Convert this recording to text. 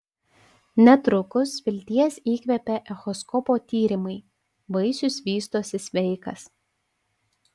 netrukus vilties įkvėpė echoskopo tyrimai vaisius vystosi sveikas